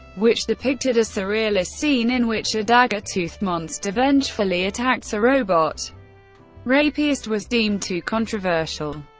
which depicted a surrealist scene in which a dagger-toothed monster vengefully attacks a robot rapist, was deemed too controversial.